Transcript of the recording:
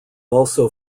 also